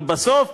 אבל בסוף,